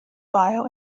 bio